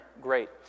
great